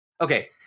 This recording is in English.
Okay